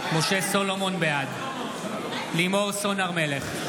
סולומון, בעד לימור סון הר מלך,